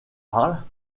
arles